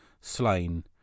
Slain